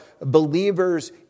believers